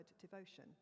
devotion